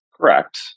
Correct